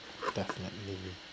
definitely